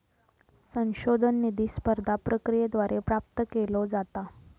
संशोधन निधी स्पर्धा प्रक्रियेद्वारे प्राप्त केलो जाता